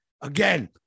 Again